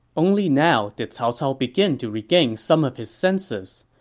only now did cao cao begin to regain some of his senses.